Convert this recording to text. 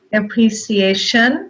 appreciation